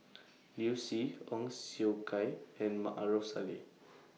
Liu Si Ong Siong Kai and Maarof Salleh